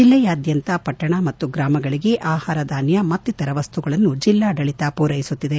ಜಿಲ್ಲೆಯಾದ್ಯಂತ ಪಟ್ಟಣ ಮತ್ತು ಗ್ರಾಮಗಳಿಗೆ ಆಹಾರ ಧಾನ್ಯ ಮತ್ತಿತರ ವಸ್ತುಗಳನ್ನು ಜಿಲ್ಲಾಡಳಿತ ಪೂರೈಸುತ್ತಿದೆ